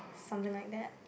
something like that